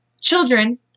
children